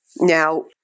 Now